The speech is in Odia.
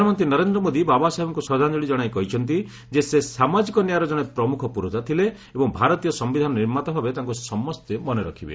ପ୍ରଧାନମନ୍ତ୍ରୀ ନରେନ୍ଦ୍ର ମୋଦି ବାବାସାହେବଙ୍କୁ ଶ୍ରଦ୍ଧାଞ୍ଚଳି କଣାଇ କହିଛନ୍ତି ଯେ ସେ ସାମାଜିକ ନ୍ୟାୟର ଜଣେ ପ୍ରମୁଖ ପୁରୋଧା ଥିଲେ ଏବଂ ଭାରତୀୟ ସିିଧାନର ନିର୍ମାତା ଭାବେ ତାଙ୍କୁ ସମସ୍ତେ ମନେରଖିବେ